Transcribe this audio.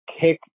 kick